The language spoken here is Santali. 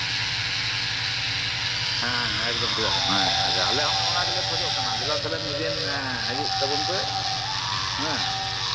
ᱦᱮᱸ ᱦᱮᱸ ᱮᱠᱫᱚᱢ ᱪᱮᱫᱟᱜ ᱵᱟᱝ ᱟᱞᱮ ᱦᱚᱸ ᱚᱱᱟ ᱜᱮᱞᱮ ᱠᱷᱚᱡᱚᱜ ᱠᱟᱱᱟ ᱫᱮᱞᱟ ᱛᱟᱞᱦᱮ ᱢᱤᱫ ᱫᱤᱱ ᱦᱤᱡᱩᱜ ᱛᱟᱵᱚᱱ ᱯᱮ ᱦᱮᱸ